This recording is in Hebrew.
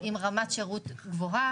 עם רמת שירות גבוהה,